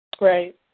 Right